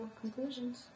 conclusions